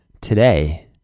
Today